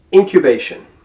Incubation